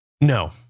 No